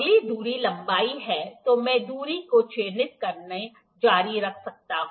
अगर दूरी लंबी है तो मैं दूरियों को चिह्नित करना जारी रख सकता हूं